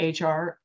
HR